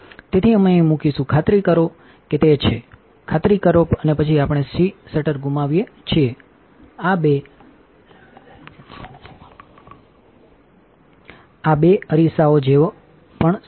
તેથી અમે અહીં મૂકીશું ખાતરી કરો કે તે છે અને પછી આપણે સીશટર ગુમાવીએછીએ આ બે અરીસાઓ જોવું પણ સારું છે